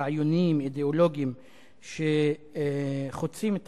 הרעיוניים-אידיאולוגיים שחוצים את